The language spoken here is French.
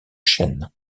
chaînes